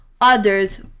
Others